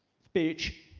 speech,